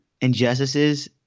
injustices